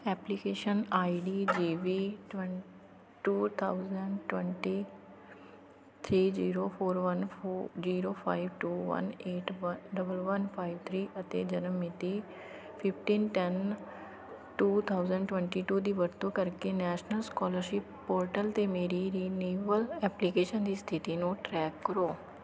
application I D G V twenty two thousand twenty three zero four one four zero five two one eight ਵ double one five three ਅਤੇ ਜਨਮ ਮਿਤੀ fifteen ten two thousand twenty two ਦੀ ਵਰਤੋਂ ਕਰਕੇ national scholarship portal 'ਤੇ ਮੇਰੀ renewal application ਦੀ ਸਥਿਤੀ ਨੂੰ ਟਰੈਕ ਕਰੋ